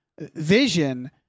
vision